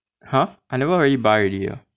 !huh! I never really buy already ah